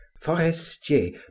forestier